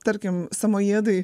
tarkim samojiedai